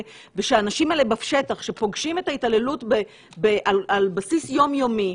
ושהאנשים האלה בשטח שפוגשים את ההתעללות על בסיס יום יומי,